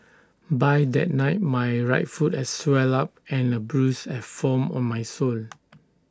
by that night my right foot had swelled up and A bruise had formed on my sole